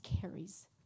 carries